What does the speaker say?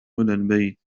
البيت